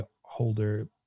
holder